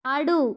ఆడు